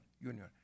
Union